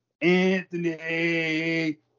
Anthony